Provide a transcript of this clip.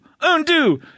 Undo